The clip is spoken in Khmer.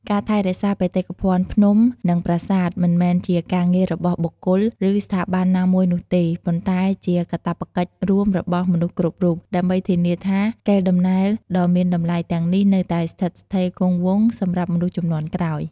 ការថែរក្សាបេតិកភណ្ឌភ្នំ និងប្រាសាទមិនមែនជាការងាររបស់បុគ្គល ឬស្ថាប័នណាមួយនោះទេ ប៉ុន្តែជាកាតព្វកិច្ចរួមរបស់មនុស្សគ្រប់រូប ដើម្បីធានាថាកេរដំណែលដ៏មានតម្លៃទាំងនេះនៅតែស្ថិតស្ថេរគង់វង្សសម្រាប់មនុស្សជំនាន់ក្រោយ។